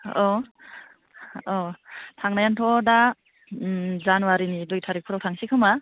औ औ थांनायानोथ' दा जानुवारीनि दुइ थारिखफोराव थांसै खोमा